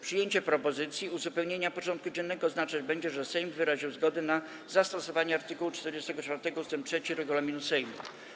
Przyjęcie propozycji uzupełnienia porządku dziennego oznaczać będzie, że Sejm wyraził zgodę na zastosowanie art. 44 ust. 3 regulaminu Sejmu.